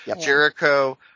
Jericho